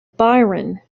byron